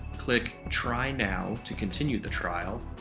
click try now to continue the trial,